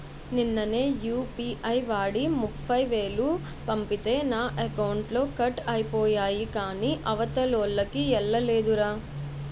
నిన్ననే యూ.పి.ఐ వాడి ముప్ఫైవేలు పంపితే నా అకౌంట్లో కట్ అయిపోయాయి కాని అవతలోల్లకి ఎల్లలేదురా